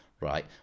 right